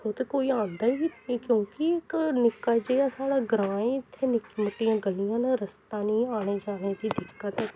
खुद कोई औंदा गै नेईं क्योंकि इक निक्का जेहा साढ़ा ग्रां ऐ इत्थै निक्की निक्कियां ग'लियां न रस्ता निं औने जाने दी दिक्कत ऐ